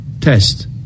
test